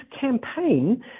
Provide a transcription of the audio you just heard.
campaign